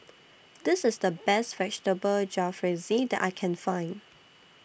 This IS The Best Vegetable Jalfrezi that I Can Find